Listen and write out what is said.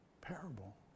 parable